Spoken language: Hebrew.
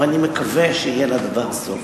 ואני מקווה שיהיה לדבר סוף.